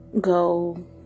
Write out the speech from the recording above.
go